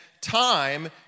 time